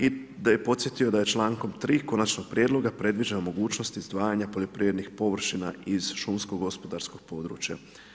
I da bi podsjetio da je čl. 3. konačnog prijedloga predviđeno mogućnosti izdvajanja poljoprivrednih površina iz šumskog gospodarskog područja.